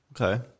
Okay